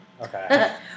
Okay